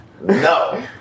no